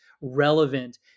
relevant